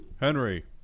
Henry